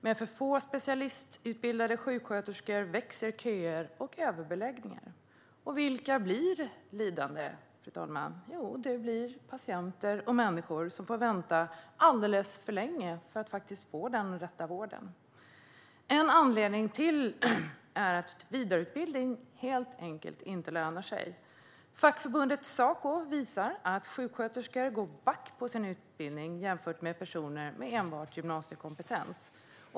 Med för få specialistutbildade sjuksköterskor växer köer och överbeläggningar. Vilka blir lidande, fru talman? Det blir patienter och människor som får vänta alldeles för länge på att få rätt vård. En anledning till detta är att vidareutbildning helt enkelt inte lönar sig. Fackförbundet Saco visar att sjuksköterskor går back på sin utbildning jämfört med personer med enbart gymnasiekompetens.